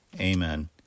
Amen